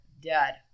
dead